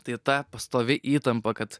tai ta pastovi įtampa kad